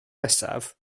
nesaf